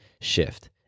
shift